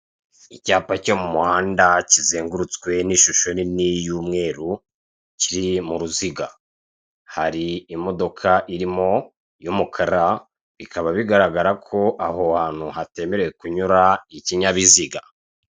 Icyapa cyo mu muhanda hakizengurutswe n'ishusho nini y'umweru kiri mu ruziga, hari imodoka irimo y'umukara bikaba bigaragara ko aho hantu hatemerewe kunyura ikinyabiziga.